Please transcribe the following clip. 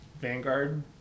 vanguard